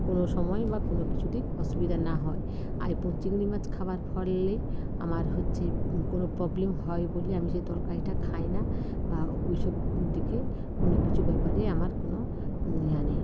কোনো সময় বা কোনো কিছুতেই অসুবিধা না হয় আয় পো চিংড়ি মাছ খাওয়ার ফলে আমার হচ্ছে কোনো প্রবলেম হয় বলে আমি সেই তরকারিটা খাই না ওসব দিকে কোনো কিছু ব্যাপারে আমার কোনো ইয়ে নেই